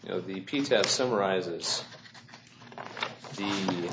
you know the piece that summarizes the